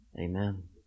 Amen